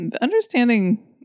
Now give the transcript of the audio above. understanding